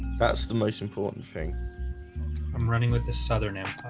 that's the most important thing i'm running with this southerner